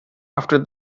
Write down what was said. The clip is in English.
after